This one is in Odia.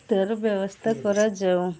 ତା'ର ବ୍ୟବସ୍ଥା କରାଯାଉ